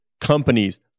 companies